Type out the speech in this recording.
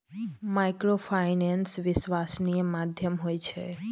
Microfinance विश्वासनीय माध्यम होय छै?